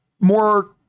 more